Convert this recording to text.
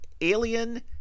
Alien